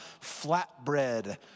flatbread